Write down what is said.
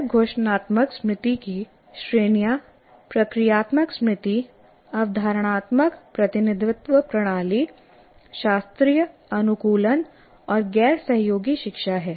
गैर घोषणात्मक स्मृति कि श्रेणियां प्रक्रियात्मक स्मृति अवधारणात्मक प्रतिनिधित्व प्रणाली शास्त्रीय अनुकूलन और गैर सहयोगी शिक्षा हैं